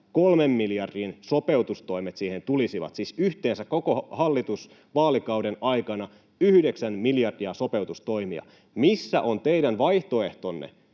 kolmen miljardin lisäsopeutustoimet siihen tulisivat, siis yhteensä koko hallitus-, vaalikauden aikana yhdeksän miljardia sopeutustoimia? Missä on teidän vaihtoehtonne?